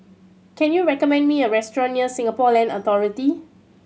can you recommend me a restaurant near Singapore Land Authority